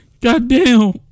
Goddamn